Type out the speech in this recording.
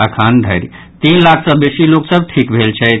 अखन धरि तीन लाख सँ बेसी लोक सभ ठीक भेल छथि